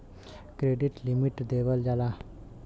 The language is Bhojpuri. क्रेडिट लिमिट देवल जाला